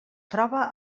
troba